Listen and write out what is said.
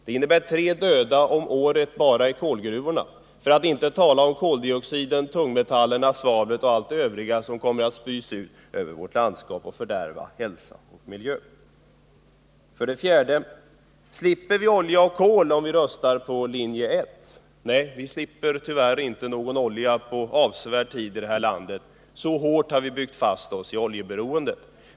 Det innebär tre döda om året bara i kolgruvorna, för att inte tala om koldioxiden, tungmetallerna, svavlet och allt det övriga som kommer att spys ut över vårt landskap och fördärva hälsa och miljö. 4. Slipper vi olja och kol om vi röstar på linje 1? Nej, vi slipper tyvärr inte oljan på avsevärd tid här i landet. Så hårt har vi byggt fast oss i oljeberoendet.